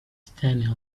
standing